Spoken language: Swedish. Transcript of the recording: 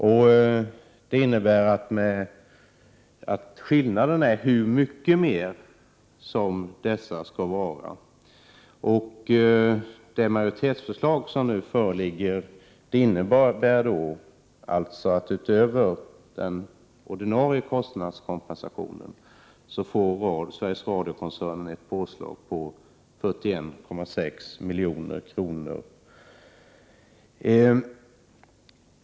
Skillnaden ligger mest i hur stora förstärkningarna skall vara. Det föreliggande majoritetsförslaget innebär alltså att Sveriges Radio-koncernen utöver den ordinarie kostnadskompensationen får ett påslag på 41,6 milj.kr.